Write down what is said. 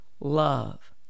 love